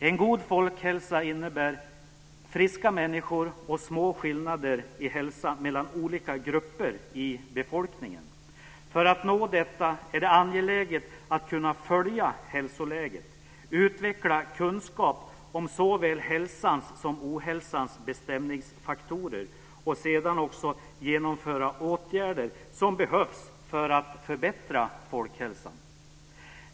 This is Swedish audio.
En god folkhälsa innebär friska människor och små skillnader i hälsa mellan olika grupper i befolkningen. För att nå detta är det angeläget att kunna följa hälsoläget, utveckla kunskap om såväl hälsans som ohälsans bestämningsfaktorer och sedan också genomföra åtgärder som behövs för att förbättra folkhälsan.